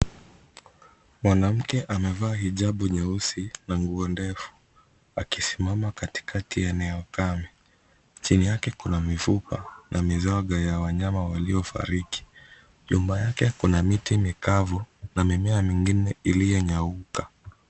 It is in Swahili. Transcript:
Mwanamke amevaa hijabu nyeusi na nguo ndefu akisimama katikati ya eneo kame, chini yake kuna mifupa na mizoga ya wanyama waliofariki, nyuma yake kuna miti mikavu na mimea mingine iliyonyauka.